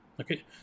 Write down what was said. okay